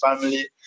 family